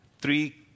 three